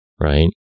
Right